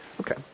Okay